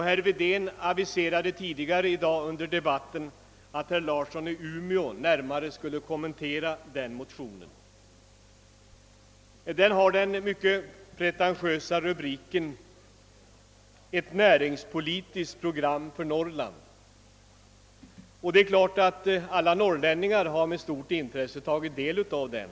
Herr Wedén aviserade tidigare under debatten i dag att herr Larsson i Umeå närmare skulle kommentera denna motion, som har den mycket pretentiösa rubriken »ett näringspolitiskt program för Norrland». Alla norrlänningar har självfallet med intresse tagit del av den.